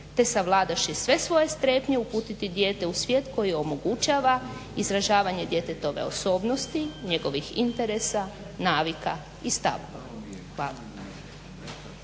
te savladaš i sve svoje strepnje, uputiti dijete u svijet koji omogućava izražavanje djetetove osobnosti, njegovih interesa, navika i stavova. Hvala.